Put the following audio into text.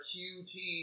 QT